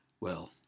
Well